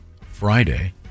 Friday